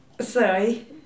Sorry